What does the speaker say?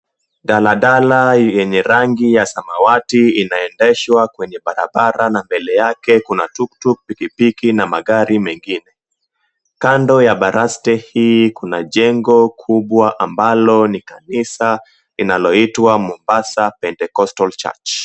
Daladala yenye rangi ya samawati inaendeshwa kwenye barabara na mbele yake kuna tuktuk, pikipiki na magari mengine. Kando ya baraste hii kuna jengo kubwa ambalo ni kanisa linaloitwa, Mombasa Pentecostal Church.